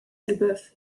elbeuf